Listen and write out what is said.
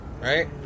right